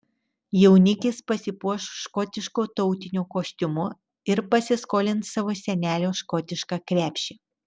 jaunikis pasipuoš škotišku tautiniu kostiumu ir pasiskolins savo senelio škotišką krepšį